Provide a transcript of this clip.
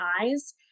eyes